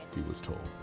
he was told.